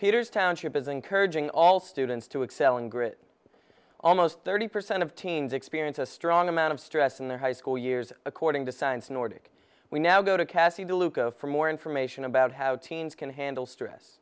papers township is encouraging all students to excel in grit almost thirty percent of teens experience a strong amount of stress in their high school years according to science nordic we now go to kasey de luca for more information about how teens can handle stress